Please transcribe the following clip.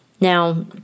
Now